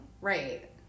Right